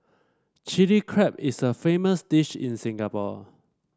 Chilli Crab is a famous dish in Singapore